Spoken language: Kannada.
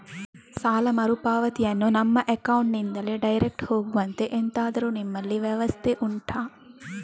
ಸಾಲ ಮರುಪಾವತಿಯನ್ನು ನಮ್ಮ ಅಕೌಂಟ್ ನಿಂದಲೇ ಡೈರೆಕ್ಟ್ ಹೋಗುವಂತೆ ಎಂತಾದರು ನಿಮ್ಮಲ್ಲಿ ವ್ಯವಸ್ಥೆ ಉಂಟಾ